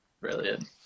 Brilliant